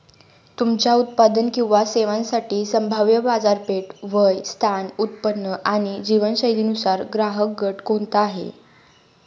तुमच्या उत्पादन किंवा सेवांसाठी संभाव्य बाजारपेठ, वय, स्थान, उत्पन्न आणि जीवनशैलीनुसार ग्राहकगट कोणता आहे?